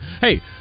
Hey